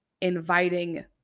inviting